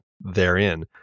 therein